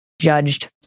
judged